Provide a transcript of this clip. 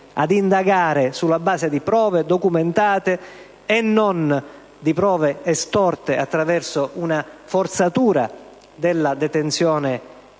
ad indagare sulla base di prove documentate e non di prove estorte attraverso una forzatura della detenzione